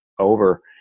over